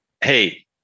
hey